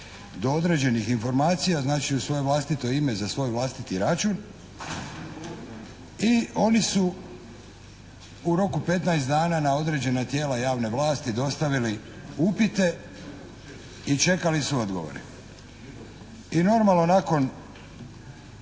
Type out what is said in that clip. do određenih informacija znači u svoje vlastito ime i za svoj vlastiti račun i oni su u roku petnaest dana na određena tijela javne vlasti dostavili upite i čekali su odgovore. I normalno, nakon